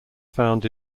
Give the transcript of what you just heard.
found